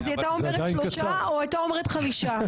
אז היא הייתה אומרת שלושה או הייתה אומרת חמישה,